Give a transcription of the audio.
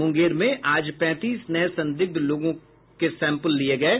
मुंगेर में आज पैंतीस नये संदिग्ध लोगों के सैंपल लिये गये